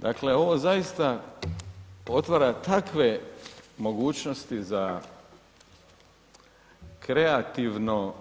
Dakle ovo zaista otvara takve mogućnosti za kreativno